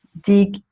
dig